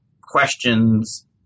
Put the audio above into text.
questions